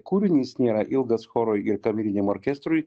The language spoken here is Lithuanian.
kūrinį jis nėra ilgas chorui ir kameriniam orkestrui